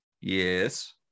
yes